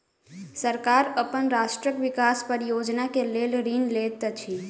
सरकार अपन राष्ट्रक विकास परियोजना के लेल ऋण लैत अछि